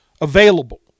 available